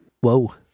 whoa